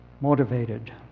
motivated